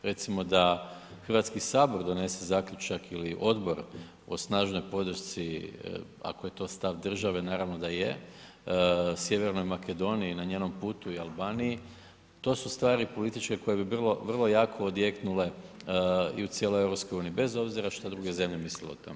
Recimo da HS donese zaključak ili odbor o snažnoj podršci ako je to stav države, naravno da je, Sjevernoj Makedoniji na njenom putu i Albaniji, to su stvari političke koje bi bilo vrlo jako odjeknule i u cijeloj EU bez obzira šta druge zemlje misle o tome.